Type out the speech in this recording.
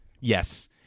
Yes